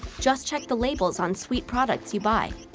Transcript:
just check the labels on sweet products you buy.